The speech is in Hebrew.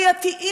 הנכים.